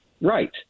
Right